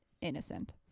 innocent